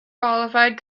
qualified